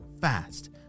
fast